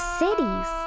cities